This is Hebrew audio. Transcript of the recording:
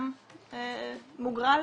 גם מוגרל?